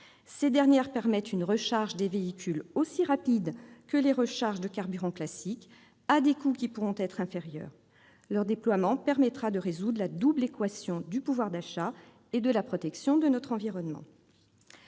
Ces dernières permettent une recharge des véhicules aussi rapide que de faire un plein en carburants classiques, à des coûts qui pourront être inférieurs. Leur déploiement permettra de résoudre la double équation du pouvoir d'achat et de la protection de notre environnement.